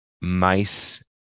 mice